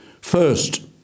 First